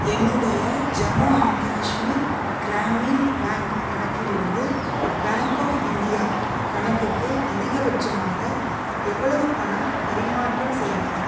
என்னுடைய Jammu and Kashmir Gramin bank கணக்கிலிருந்து bank of India கணக்குக்கு அதிகபட்சமாக எவ்வளவு பணம் பரிமாற்றம் செய்யலாம்